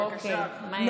אוקיי, מהר.